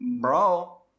Bro